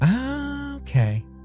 Okay